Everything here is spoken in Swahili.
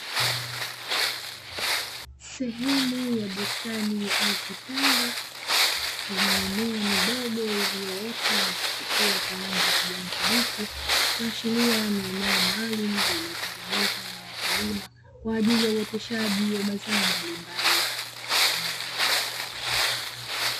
Sehemu ya bustani au kitalu yenye mimea midogo iliyoota na kuchipua kwa rangi ya kijani kibichi, kuashiria ni eneo maalumu lililotengenezwa na wakulima kwaajili ya uoteshaji wa mazao mbalimbali.